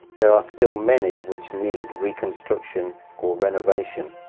there are still many which need reconstruction or renovation.